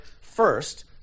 first